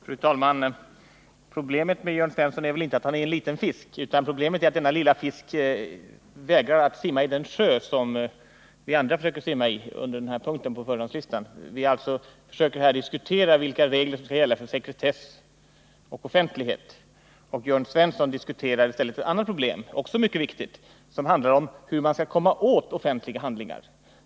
Fru talman! Problemet med Jörn Svensson är väl inte att han är en liten fisk, utan problemet är att denna lilla fisk vägrar att simma i den sjö som alla vi andra simmar i. Under den här punkten på föredragningslistan försöker vi diskutera vilka regler som skall gälla för sekretess och offentlighet, men Jörn Svensson diskuterar i stället ett annat — också mycket viktigt — problem som handlar om hur man skall kunna komma åt offentliga handlingar.